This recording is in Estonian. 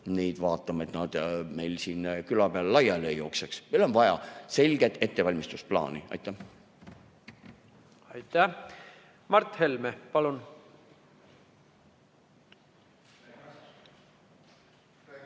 ja vaatama, et nad meil siin küla peale laiali ei jookseks. Meil on vaja selget ettevalmistusplaani. Aitäh! Mart Helme, palun!